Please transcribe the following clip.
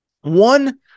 One